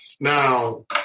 Now